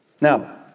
Now